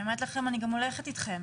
אני אומרת לכם, אני גם הולכת אתכם.